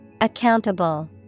Accountable